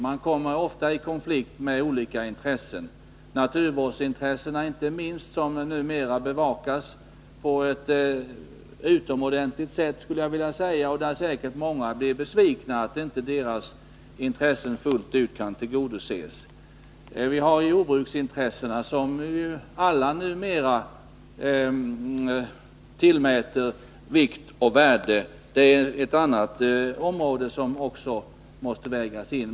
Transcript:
Man kommer ofta i konflikt med olika intressen — inte minst naturvårdsintressena, som numera bevakas på ett utomordentligt sätt men där säkert många blir besvikna över att just deras 13 intressen inte fullt ut kan tillgodoses. Vi har jordbruksintressena, som alla numera tillmäter vikt och värde. Det är ett annat område vars betydelse också måste vägas in.